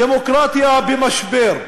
דמוקרטיה במשבר.